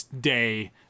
day